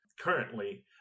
currently